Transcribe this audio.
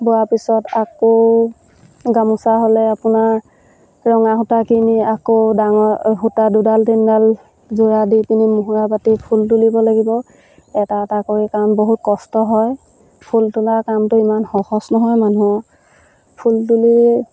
বোৱা পিছত আকৌ গামোচা হ'লে আপোনাৰ ৰঙা সূতা কিনি আকৌ ডাঙৰ সূতা দুডাল তিনিডাল যোৰা দি পিনি মুহুৰা বাতি ফুল তুলিব লাগিব এটা এটা কৰি কাম বহুত কষ্ট হয় ফুল তোলা কামটো ইমান সহজ নহয় মানুহৰ ফুল তুলি